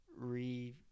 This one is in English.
re